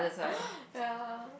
ya